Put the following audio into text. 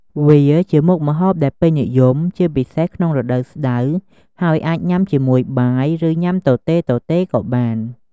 វាជាមុខម្ហូបដែលពេញនិយមជាពិសេសក្នុងរដូវស្តៅ ហើយអាចញ៉ាំជាមួយបាយ ឬញ៉ាំទទេៗក៏បាន។